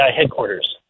headquarters